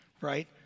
Right